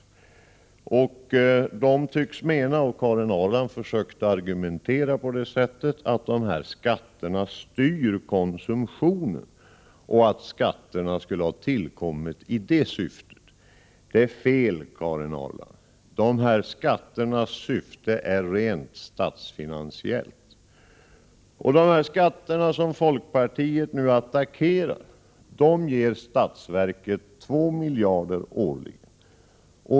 Motionärerna menar — och Karin Ahrland försökte argumentera på det sättet — att skatterna styr konsumtionen och att skatterna skulle ha tillkommit i detta syfte. Det är fel, Karin Ahrland. Dessa skatters syfte är rent statsfinansiellt. De skatter som folkpartiet nu attackerar ger statsverket 2 miljarder årligen.